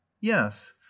yes